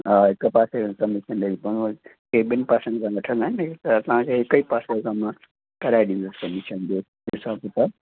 हा हिकु पासे खां कमीशन ॾियणी पवंदी के ॿिनि पासनि खां वठंदा आहिनि त तव्हांखे हिकु ई पासे खां मां कराए ॾींदुसि कमीशन जो हिसाबु किताबु